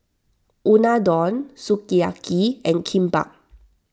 Unadon Sukiyaki and Kimbap